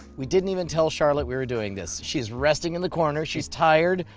we didn't even tell charlotte we were doing this. she is resting in the corner. she is tired,